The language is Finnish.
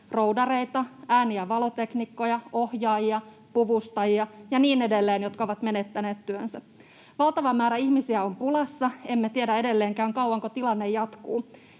roudareita, ääni- ja valoteknikkoja, ohjaajia, puvustajia ja niin edelleen, jotka ovat menettäneet työnsä. Valtava määrä ihmisiä on pulassa. Emme tiedä edelleenkään, kauanko tilanne jatkuu.